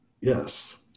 yes